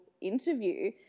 interview